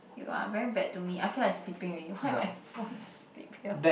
you are very bad to me I feel like sleeping already what if I fall asleep here